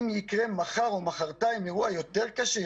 אם יקרה מחר או מחרתיים אירוע יותר קשה,